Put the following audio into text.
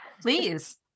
Please